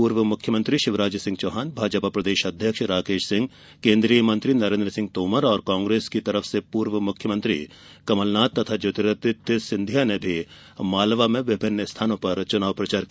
पूर्व मुख्यमंत्री शिवराज सिंह चौहान भाजपा प्रदेश अध्यक्ष राकेश सिंह केंद्रीय मंत्री नरेन्द्र सिंह तोमर और कांग्रेस की ओर से मुख्यमंत्री कमलनाथ तथा ज्योतिरादित्य सिंधिया ने भी मालवा में विभिन्न स्थानों पर प्रचार किया